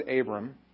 Abram